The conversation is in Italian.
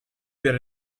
per